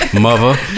Mother